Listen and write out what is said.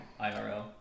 IRL